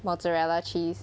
mozzarella cheese